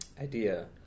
idea